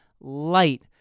light